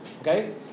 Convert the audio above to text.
Okay